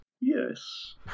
Yes